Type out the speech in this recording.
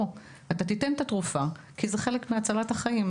לא, אתה תיתן את התרופה, כי זה חלק מהצלת החיים.